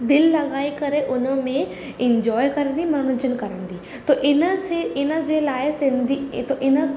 दिलि लॻाए करे उन में इंजॉय कंदी मनोरंजन करंदी त इन से इन जे लाइ सिंधी त इन